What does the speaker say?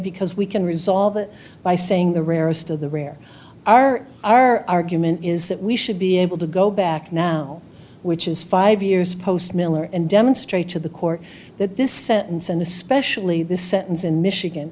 because we can resolve it by saying the rarest of the rare are our argument is that we should be able to go back now which is five years post miller and demonstrate to the court that this sentence and especially the sentence in michigan